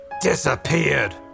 Disappeared